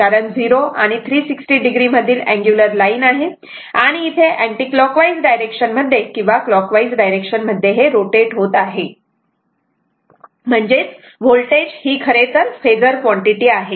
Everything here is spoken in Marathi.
कारण 0 आणि 360 o मधील अँगुलर लाईन आहे आणि इथे अँटी क्लॉकवाईज डायरेक्शन मध्ये किंवा क्लॉकवाईज डायरेक्शन मध्ये रोटेट होत आहे म्हणजेच वोल्टेज हे खरेतर फेजर क्वांटिटी आहे